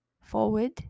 forward